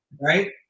right